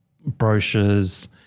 brochures